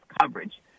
coverage